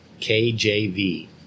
KJV